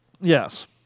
yes